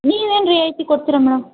ನೀವೇನು ರಿಯಾಯಿತಿ ಕೊಡ್ತೀರಾ ಮೇಡಮ್